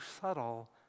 subtle